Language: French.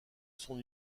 son